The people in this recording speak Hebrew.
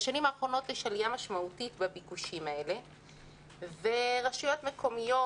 בשנים האחרונות יש עלייה משמעותית בביקושים האלה ורשויות מקומיות